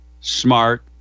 smart